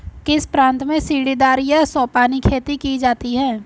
किस प्रांत में सीढ़ीदार या सोपानी खेती की जाती है?